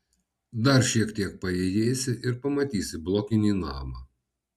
dar šiek tiek paėjėsi ir pamatysi blokinį namą